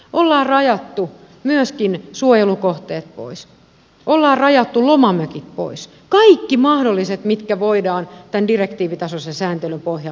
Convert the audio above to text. on rajattu myöskin suojelukohteet pois on rajattu lomamökit pois kaikki mahdolliset mitkä voidaan tämän direktiivitasoisen sääntelyn pohjalta rajata